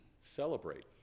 celebrate